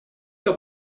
your